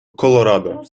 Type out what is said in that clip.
colorado